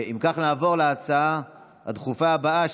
נעבור להצעה הדחופה הבאה,